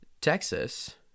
Texas